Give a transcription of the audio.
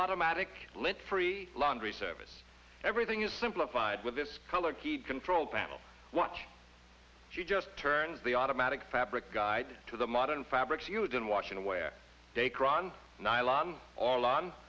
automatic lint free laundry service everything is simplified with this color keyed control panel watch you just turn the automatic fabric guide to the modern fabrics used in washington where